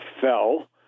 fell